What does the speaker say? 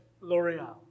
L'Oreal